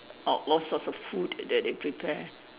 a~ all sorts of food that they prepare